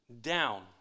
down